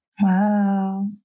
Wow